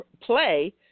play